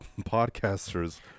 podcasters